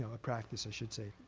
a practice i should say.